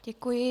Děkuji.